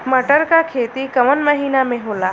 मटर क खेती कवन महिना मे होला?